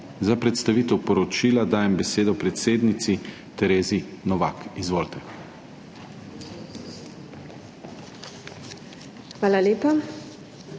Za predstavitev poročila dajem besedo predsednici Terezi Novak. Izvolite. TEREZA